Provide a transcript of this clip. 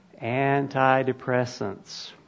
Antidepressants